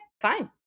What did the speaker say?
fine